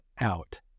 out